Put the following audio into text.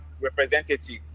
representative